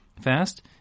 fast